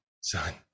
son